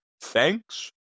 thanks